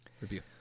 review